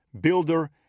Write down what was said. builder